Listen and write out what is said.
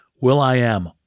Will.i.am